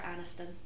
Aniston